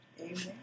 Amen